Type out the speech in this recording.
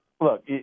look